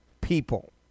people